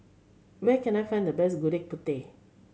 where can I find the best Gudeg Putih